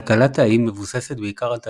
כלכלת האיים מבוססת בעיקר על תיירות.